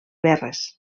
verres